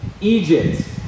Egypt